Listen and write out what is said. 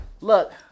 look